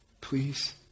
please